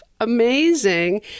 Amazing